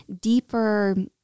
deeper